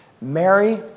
Mary